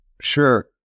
Sure